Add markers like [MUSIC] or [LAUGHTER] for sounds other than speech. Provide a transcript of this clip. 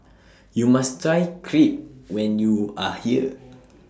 [NOISE] YOU must Try Crepe when YOU Are here [NOISE]